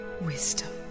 wisdom